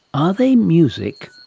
are they music?